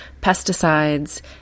pesticides